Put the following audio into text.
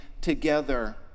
together